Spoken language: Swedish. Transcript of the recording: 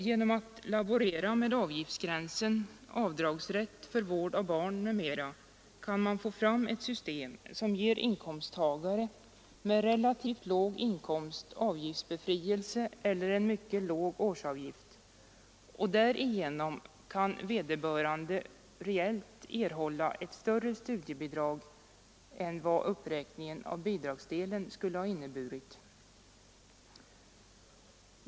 Genom att laborera med avgiftsgränser, avdragsrätt för vård av barn m. m, kan man få fram ett system som ger inkomsttagare med relativt låg inkomst avgiftsbefrielse eller en mycket låg årsavgift, och därigenom kan vederbörande reellt erhålla ett större studiebidrag än vad en uppräkning av bidragsdelen skulle ha inneburit.